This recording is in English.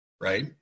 right